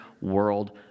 world